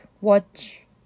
watch